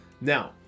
Now